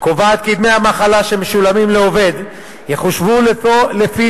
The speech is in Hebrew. קובעת כי דמי המחלה שמשולמים לעובד יחושבו לפי